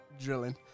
drilling